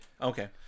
Okay